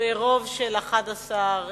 ברוב של 11,